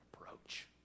approach